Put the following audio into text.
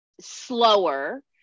slower